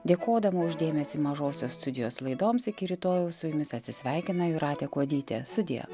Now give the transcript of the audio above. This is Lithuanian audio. dėkodama už dėmesį mažosios studijos laidoms iki rytojaus su jumis atsisveikina jūratė kuodytė sudie